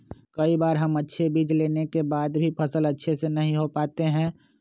कई बार हम अच्छे बीज लेने के बाद भी फसल अच्छे से नहीं हो पाते हैं?